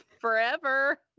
forever